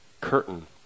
curtain